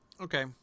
Okay